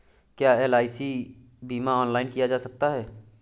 क्या एल.आई.सी बीमा ऑनलाइन किया जा सकता है?